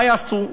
מה הם יעשו?